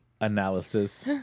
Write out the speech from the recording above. Analysis